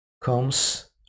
comes